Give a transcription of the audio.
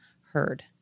heard